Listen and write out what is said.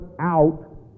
out